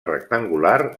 rectangular